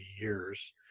years